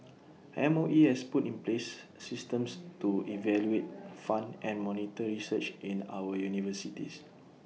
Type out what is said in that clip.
M O E has put in place systems to evaluate fund and monitor research in our universities